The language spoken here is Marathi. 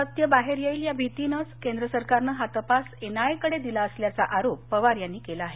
सत्य बाहेर येईल या भीतीनेच केंद्र सरकारनं हा तपास एनआयए कडे दिला असा आरोप पवार यांनी केला आहे